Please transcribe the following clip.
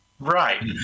Right